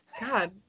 God